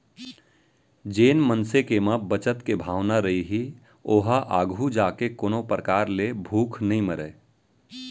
जेन मनसे के म बचत के भावना रइही ओहा आघू जाके कोनो परकार ले भूख नइ मरय